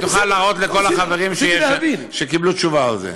ותוכל להראות לכל החברים שקיבלו תשובה על זה.